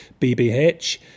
BBH